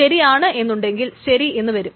ശരിയാണ് എന്നുണ്ടെങ്കിൽ ശരി എന്നു വരും